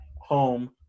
home